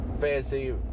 fancy